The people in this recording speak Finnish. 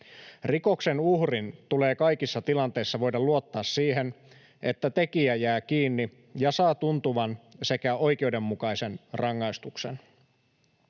Rikoksen uhrin tulee kaikissa tilanteissa voida luottaa siihen, että tekijä jää kiinni ja saa tuntuvan sekä oikeudenmukaisen rangaistuksen.